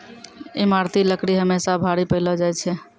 ईमारती लकड़ी हमेसा भारी पैलो जा छै